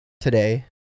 today